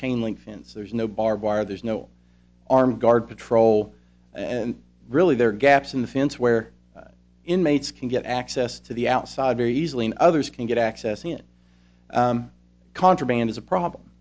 chain link fence there's no barbed wire there's no armed guard patrol and really there are gaps in the fence where inmates can get access to the outside very easily and others can get access in contraband is a problem